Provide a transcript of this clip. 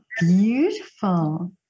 beautiful